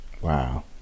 Wow